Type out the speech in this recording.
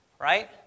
Right